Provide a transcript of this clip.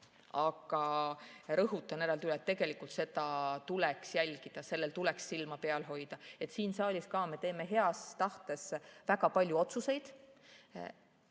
Aga rõhutan eraldi üle, et tegelikult seda tuleks jälgida, sellel tuleks silma peal hoida. Siin saalis me teeme heas tahtes väga palju otsuseid